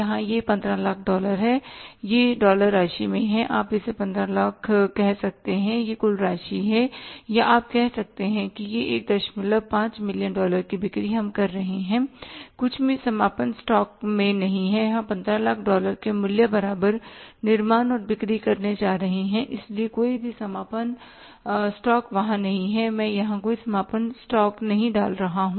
यहां यह 1500000 डॉलर है यह डॉलर राशि में है आप इसे 1500000 कह सकते हैं यह कुल राशि है या आप कह सकते हैं कि यह 15 मिलियन डॉलर की बिक्री हम कर रहे हैं कुछ भी समापन स्टॉक में नहीं है हम 1500000 डॉलर के मूल्य बराबर निर्माण और बिक्री करने जा रहे हैं इसलिए कोई भी समापन स्टॉक वहां नहीं है मैं यहां कोई समापन स्टॉक नहीं डाल रहा हूं